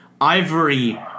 Ivory